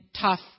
tough